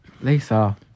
Lisa